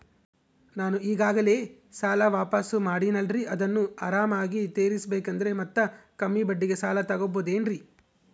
ನಾನು ಈಗಾಗಲೇ ಸಾಲ ವಾಪಾಸ್ಸು ಮಾಡಿನಲ್ರಿ ಅದನ್ನು ಆರಾಮಾಗಿ ತೇರಿಸಬೇಕಂದರೆ ಮತ್ತ ಕಮ್ಮಿ ಬಡ್ಡಿಗೆ ಸಾಲ ತಗೋಬಹುದೇನ್ರಿ?